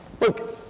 Look